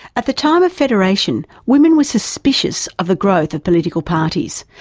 at the time of federation, women were suspicious of the growth of political parties,